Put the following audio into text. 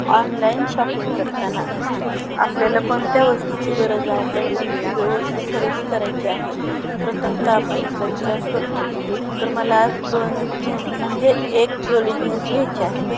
online shopping करताना आपल्याला कोणत्या वस्तूची गरज आहे आपल्याला कोणती वस्तू खरेदी करायची आहे प्रथमत आपण याचा विचार करतो तर मला आज दोन जीन्स म्हणजे एक जोडी जीन्स घ्यायची आहे